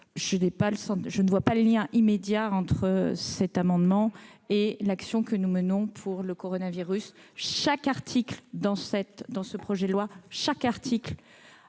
Je ne vois pas de lien immédiat entre cet amendement et l'action que nous menons contre le coronavirus. Chaque article de ce projet de loi a vocation